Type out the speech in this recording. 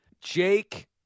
Jake